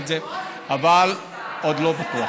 אבל עוד לא בטוח.